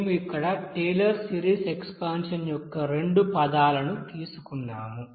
మేము అక్కడ Taylor series expansion యొక్క రెండు పదాలను తీసుకున్నాము